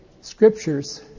scriptures